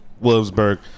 Williamsburg